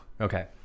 Okay